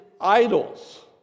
idols